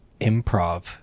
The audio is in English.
improv